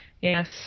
Yes